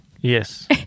Yes